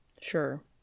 Sure